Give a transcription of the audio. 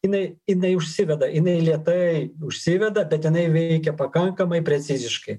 jinai jinai užsiveda jinai lėtai užsiveda bet jinai veikia pakankamai preciziškai